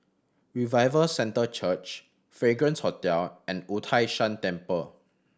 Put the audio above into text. Revival Centre Church Fragrance Hotel and Wu Tai Shan Temple